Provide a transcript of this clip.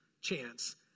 chance